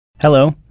Hello